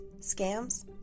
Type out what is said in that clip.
scams